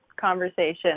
conversation